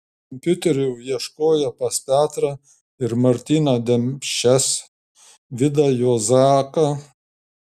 kompiuterių ieškojo pas petrą ir martyną demšes vidą juozaką